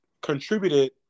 contributed